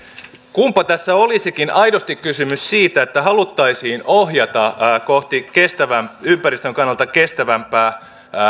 kunpa tässä olisikin aidosti kysymys siitä että haluttaisiin ohjata kohti ympäristön kannalta kestävämpää